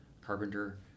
carpenter